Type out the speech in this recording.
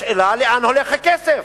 השאלה היא לאן הולך הכסף.